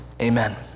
Amen